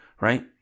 right